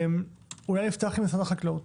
נפתח עם משרד החקלאות,